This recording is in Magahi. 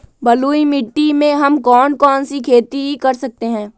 बलुई मिट्टी में हम कौन कौन सी खेती कर सकते हैँ?